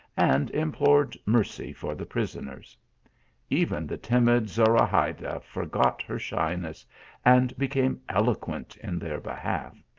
and implored mercy for the prisoners even the timid zorahayda forgot her shyness and became eloquent in their behalf.